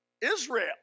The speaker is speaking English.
Israel